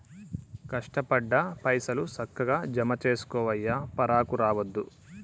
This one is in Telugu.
కష్టపడ్డ పైసలు, సక్కగ జమజేసుకోవయ్యా, పరాకు రావద్దు